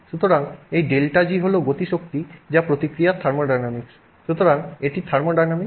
সুতরাং এই ΔG হল গতিশক্তি যা প্রতিক্রিয়ার থার্মোডাইনামিক্স সুতরাং এটি থার্মোডিনামিক্স